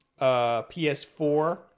PS4